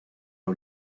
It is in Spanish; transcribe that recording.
sus